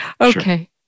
Okay